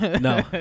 no